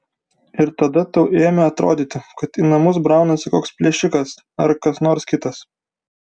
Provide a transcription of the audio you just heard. ir tada tau ėmė atrodyti kad į namus braunasi koks plėšikas ar kas nors kitas